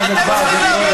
אתם צבועים.